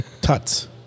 Tuts